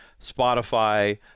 Spotify